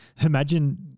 imagine